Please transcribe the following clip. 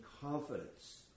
confidence